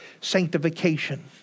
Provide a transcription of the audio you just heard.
sanctification